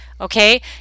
Okay